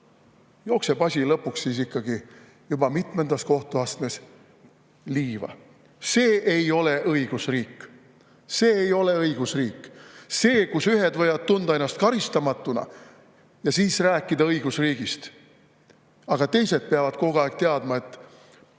jookseb asi lõpuks ikkagi juba mitmendas kohtuastmes liiva. See ei ole õigusriik! See ei ole õigusriik, kus ühed võivad tunda ennast karistamatuna ja rääkida õigusriigist, aga teised peavad kogu aeg teadma, et